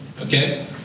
okay